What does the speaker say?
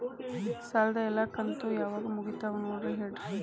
ಸಾಲದ ಎಲ್ಲಾ ಕಂತು ಯಾವಾಗ ಮುಗಿತಾವ ನೋಡಿ ಹೇಳ್ರಿ